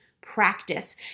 practice